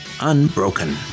unbroken